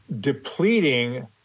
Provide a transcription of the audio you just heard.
depleting